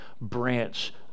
branch